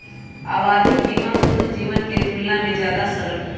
आवधिक बीमा पूर्ण जीवन के तुलना में ज्यादा सरल हई